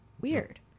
Weird